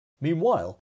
Meanwhile